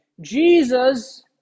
Jesus